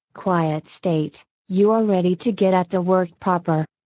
quiet state, you are ready to get at the work proper.